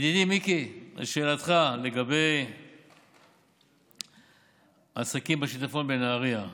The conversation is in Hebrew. ידידי מיקי, לשאלתך לגבי העסקים בשיטפון בנהריה,